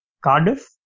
Cardiff